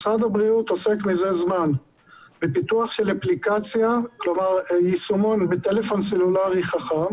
משרד הבריאות עוסק זה זמן בפיתוח של יישומון בטלפון חכם